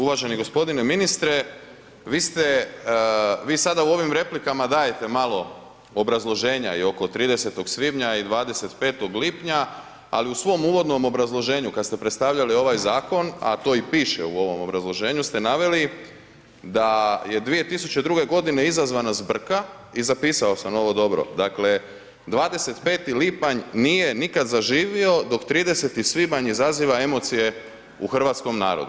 Uvaženi gospodine ministre, vi ste, vi sada u ovim replikama dajete malo obrazloženja i oko 30. svibnja i 25. lipnja, ali u svom uvodnom obrazloženju kad ste predstavljali ovaj zakon, a to i piše u ovom obrazloženju ste naveli da je 2002. godine izazvana zbrka i zapisao sam ovo dobro, dakle 25. lipanj nije nikad zaživio dok 30. svibanj izaziva emocije u hrvatskom narodu.